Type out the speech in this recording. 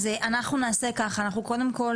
אז אנחנו נעשה כך, קודם כל